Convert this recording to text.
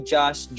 Josh